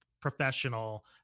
professional